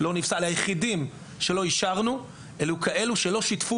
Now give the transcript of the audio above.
היחידים שלא אישרנו היו כאלו שלא שיתפו